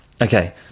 Okay